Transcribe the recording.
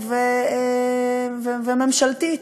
וממשלתית,